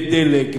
בדלק,